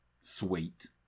sweet